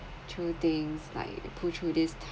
through things like pull through this